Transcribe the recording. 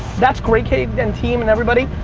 that's great kate and team and everybody.